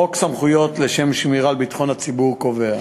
חוק סמכויות לשם שמירה על ביטחון הציבור קובע